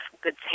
good